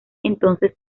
entonces